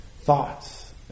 thoughts